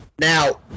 Now